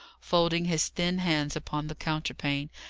folding his thin hands upon the counterpane,